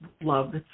love